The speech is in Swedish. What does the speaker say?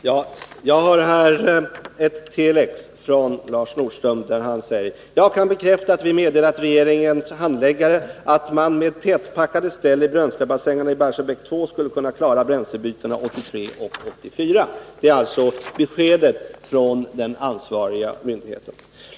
Herr talman! Jag har här ett telex från Lars Nordström i SKI, där han säger: ”Jag kan bekräfta att vi meddelat regeringens handläggare att man med tätpackade ställ i bränslebassängerna i Barsebäck 2 skulle kunna klara bränslebytena 83 och 84.” Det är beskedet från den ansvariga myndigheten.